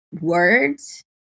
words